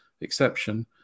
exception